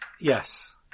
Yes